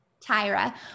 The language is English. Tyra